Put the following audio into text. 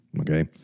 okay